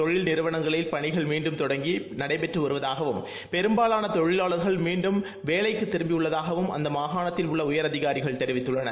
தொழில் நிறுவனங்களில் பணிகள் மீண்டும் தொடங்கி பணிகள் நடைபெறுவதாகவும் பெரும்பாலான தொழிலாளர்கள் மீண்டும் வேலைக்கு திரும்பு உள்ளதாகவும் அந்த மாகாணத்தில் உள்ள உயர் அதிகாரிகள் தெரிவித்துள்ளனர்